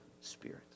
spirit